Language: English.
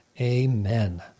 amen